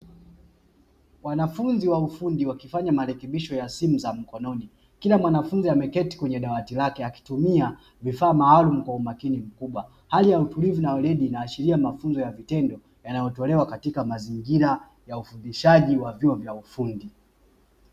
Wanafunzi wa ufundi wakifanya marekebisho ya simu za mkononi, kila mwanafunzi ameketi kwenye dawati lake akitumia vifaa maalumu kwa umakini mkubwa, hali ya utulivu na weledi inaashiria mafunzo ya vitendo yanayotolewa katika mazingira ya ufundishaji wa vyuo vya ufundi.